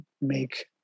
make